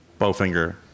Bowfinger